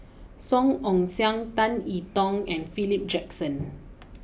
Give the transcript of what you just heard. Song Ong Siang Tan I Tong and Philip Jackson